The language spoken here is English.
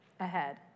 ahead